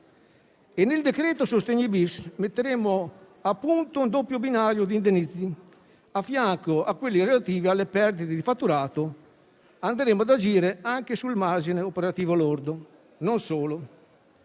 Nel decreto-legge sostegni-*bis* metteremo a punto un doppio binario di indennizzi; a fianco a quelli relativi alle perdite di fatturato andremo ad agire anche sul margine operativo lordo. Non solo,